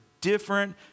different